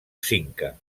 cinca